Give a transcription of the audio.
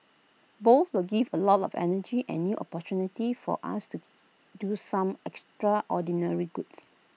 both will give A lot of energy and new opportunity for us to do some extraordinary goods